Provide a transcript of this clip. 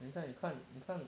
等一下你看你看